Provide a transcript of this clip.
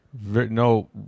no